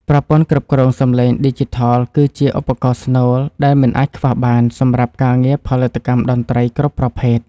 ប្រព័ន្ធគ្រប់គ្រងសំឡេងឌីជីថលគឺជាឧបករណ៍ស្នូលដែលមិនអាចខ្វះបានសម្រាប់ការងារផលិតកម្មតន្ត្រីគ្រប់ប្រភេទ។